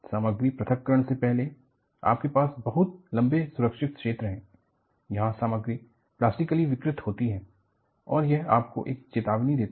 सामग्री प्रथक्करण से पहले आपके पास बहुत लंबा सुरक्षित क्षेत्र है जहां सामग्री प्लास्टिकली विकृत होती है और यह आपको एक चेतावनी देता है